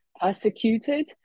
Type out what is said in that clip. persecuted